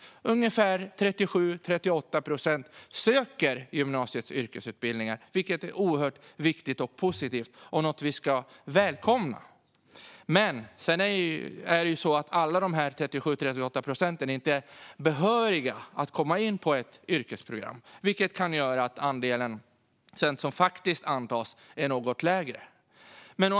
Ungefär 37-38 procent söker till gymnasiets yrkesutbildningar. Det är viktigt och positivt och något som vi ska välkomna. Alla de är inte behöriga att komma in på ett yrkesprogram. Det kan göra att andelen som faktiskt antas är något lägre.